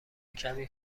کمی